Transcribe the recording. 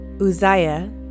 Uzziah